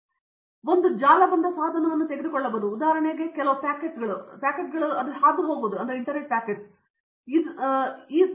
ಆದ್ದರಿಂದ ನೀವು ಮಾಡಬಹುದಾದ ಒಂದು ಜಾಲಬಂಧ ಸಾಧನವನ್ನು ನೀವು ತೆಗೆದುಕೊಳ್ಳಬಹುದು ಉದಾಹರಣೆಗೆ ಕೆಲವು ಪ್ಯಾಕೆಟ್ಗಳನ್ನು ತೆಗೆದುಕೊಂಡು ಅದನ್ನು ಹಾದುಹೋಗುವುದು ಇದು ಕಂಪ್ಯೂಟರ್ ಆಗಿದೆ